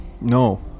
No